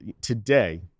today